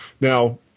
Now